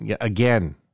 again